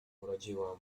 urodziłam